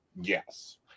yes